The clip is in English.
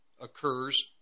occurs